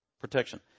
protection